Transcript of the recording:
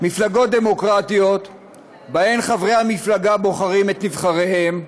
מפלגות דמוקרטיות שבהן חברי המפלגה בוחרים את נבחריהן,